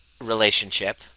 relationship